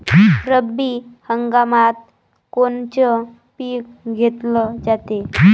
रब्बी हंगामात कोनचं पिक घेतलं जाते?